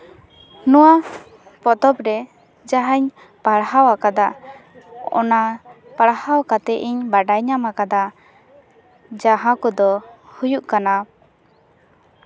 ᱱᱚᱣᱟ ᱯᱚᱛᱚᱵ ᱨᱮ ᱡᱟᱦᱟᱸᱧ ᱯᱟᱲᱦᱟᱣ ᱟᱠᱟᱫᱟ ᱚᱱᱟ ᱯᱟᱲᱦᱟᱣ ᱠᱟᱛᱮᱜ ᱤᱧ ᱵᱟᱰᱟᱭ ᱧᱟᱢ ᱠᱟᱫᱟ ᱡᱟᱦᱟᱸ ᱠᱚᱫᱚ ᱦᱩᱭᱩᱜ ᱠᱟᱱᱟ